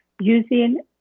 using